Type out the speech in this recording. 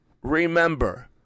Remember